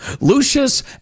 Lucius